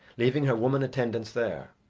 leaving her women attendants there.